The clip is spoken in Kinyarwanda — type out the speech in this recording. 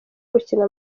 gukina